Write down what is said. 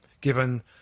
given